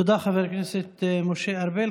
תודה, חבר הכנסת משה ארבל.